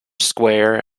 square